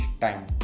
time